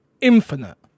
Infinite